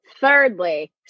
Thirdly